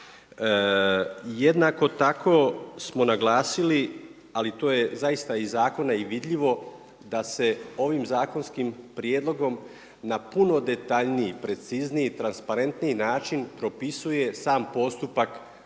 Jednako tako smo naglasili, ali to je zaista iz zakona i vidljivo, da se ovim zakonskim prijedlogom na puno detaljniji, precizniji, transparentniji način, propisuje sam postupak